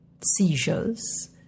seizures